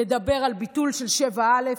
לדבר על ביטול של 7א,